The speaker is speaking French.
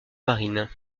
marine